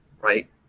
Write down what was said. Right